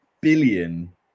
billion